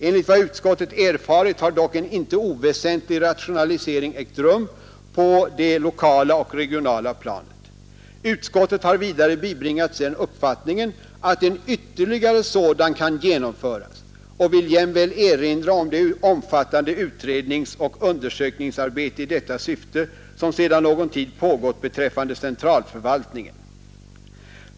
Enligt vad utskottet erfarit har dock en inte oväsentlig rationalisering ägt rum på det lokala och regionala planet. Utskottet har vidare bibringats uppfattningen att en ytterligare sådan kan genomföras och vill jämväl erinra om det omfattande utredningsoch undersökningsarbete i detta syfte som sedan någon tid pågått beträffande centralförvaltningen.